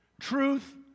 Truth